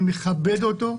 אני מכבד אותו,